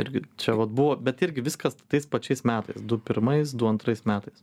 irgi čia vat buvo bet irgi viskas tais pačiais metais du pirmais du antrais metais